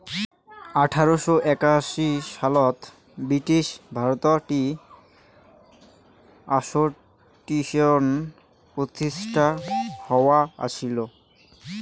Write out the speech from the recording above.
আঠারোশ একাশি সনত ব্রিটিশ ভারতত টি অ্যাসোসিয়েশন প্রতিষ্ঠিত হয়া আছিল